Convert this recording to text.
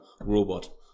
robot